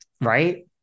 right